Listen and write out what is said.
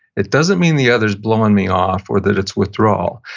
it doesn't mean the other's blowing me off, or that it's withdrawal,